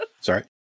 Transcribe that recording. Sorry